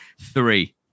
three